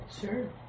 Sure